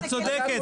את צודקת.